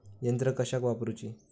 यंत्रा कशाक वापुरूची?